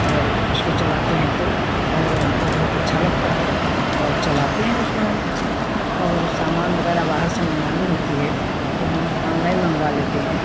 और उसको चलाते हैं तो और हमको बहुत अच्छा लगता है और चलाते हैं उसको हम और सामान वगैरह बाहर से मँगवानी होती है तो हम आनलाइन मँगवा लेते हैं